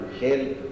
help